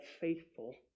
faithful